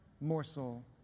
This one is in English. morsel